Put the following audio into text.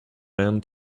man